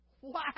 Wow